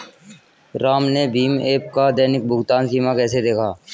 राम ने भीम ऐप का दैनिक भुगतान सीमा कैसे देखा?